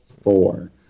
four